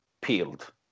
peeled